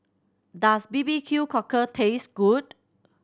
does B B Q Cockle taste good